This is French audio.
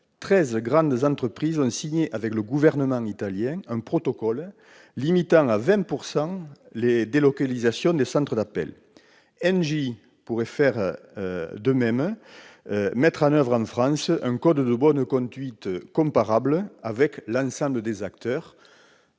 grandes entreprises ont signé avec le gouvernement italien un protocole limitant à 20 % les délocalisations des centres d'appels. Engie pourrait mettre en oeuvre en France un code de bonne conduite comparable, avec l'ensemble des acteurs